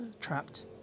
trapped